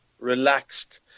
relaxed